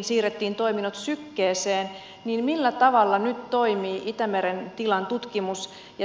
siirrettiin toiminnot sykkeeseen niin millä tavalla nyt toimii itämeren tilan tutkimus ja seuranta